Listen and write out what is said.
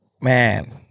man